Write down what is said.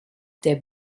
der